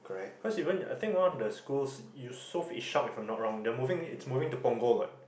cause even I think one of the school Yusof Ishak if I'm not wrong the moving it moving to Punggol like